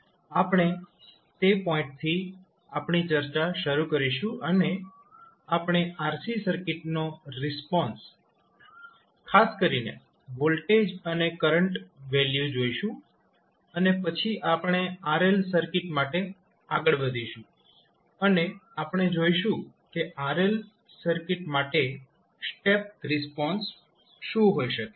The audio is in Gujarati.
આપણે તે પોઇન્ટ થી આપણી ચર્ચા શરૂ કરીશું અને આપણે RC સર્કિટનો રિસ્પોન્સ ખાસ કરીને વોલ્ટેજ અને કરંટ વેલ્યુ જોઈશું અને પછી આપણે RL સર્કિટ માટે આગળ વઘીશું અને આપણે જોઈશું કે RL સર્કિટ માટે સ્ટેપ રિસ્પોન્સ શું હોઈ શકે